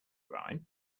rhyme